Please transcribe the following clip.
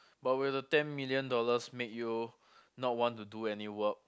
but will the ten million dollars make you not want to do any work